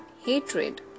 hatred